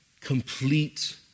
complete